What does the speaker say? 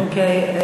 אוקיי.